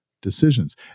decisions